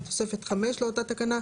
בתוספת 5 לאותה תקנה,